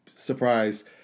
surprise